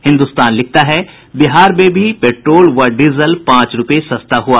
हिन्दुस्तान लिखता है बिहार में भी पेट्रोल व डीजल पांच रूपये सस्ता हुआ